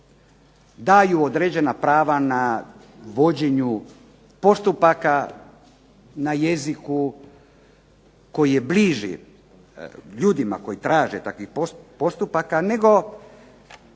daju određena prava na vođenju postupaka na jeziku koji je bliži ljudima koji traže takav postupak, nego